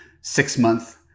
six-month